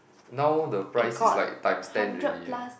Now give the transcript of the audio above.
now the price is like times ten already eh